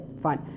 fine